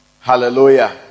Hallelujah